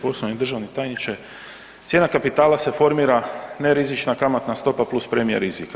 Poštovani državni tajniče, cijena kapital se formira, nerizična kamatna stopa plus premija rizika.